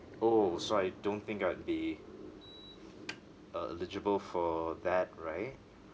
oh so I don't think I'd be uh eligible for that right